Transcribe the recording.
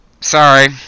Sorry